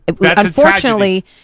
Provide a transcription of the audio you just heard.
Unfortunately